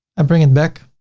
um bring in back